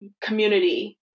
community